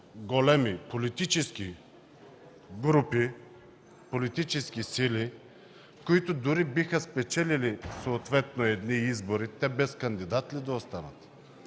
големи политически сили, които дори биха спечелили съответно едни избори, те без кандидат ли да останат?!